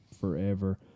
forever